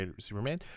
superman